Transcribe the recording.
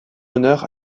honneur